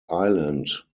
island